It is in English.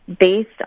based